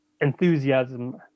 enthusiasm